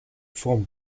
formed